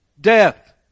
death